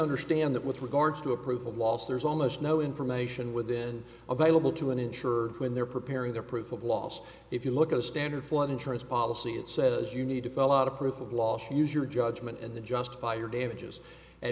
understand that with regards to a proof of loss there's almost no information within available to an insured when they're preparing their proof of loss if you look at a standard flood insurance policy it says you need to fill out a proof of loss use your judgment and the justify your damages a